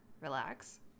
relax